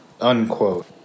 unquote